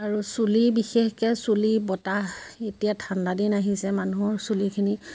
আৰু চুলি বিশেষকৈ চুলি বতাহ এতিয়া ঠাণ্ডা দিন আহিছে মানুহৰ চুলিখিনি